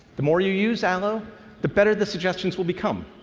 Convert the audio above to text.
the more you use allo the better the suggestions will become.